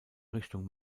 richtung